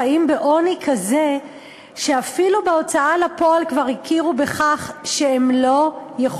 חיים בעוני כזה שאפילו בהוצאה לפועל כבר הכירו